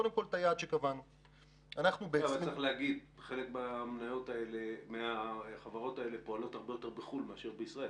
אבל צריך להגיד שחלק מהחברות האלה פועלות הרבה יותר בחו"ל מאשר בישראל.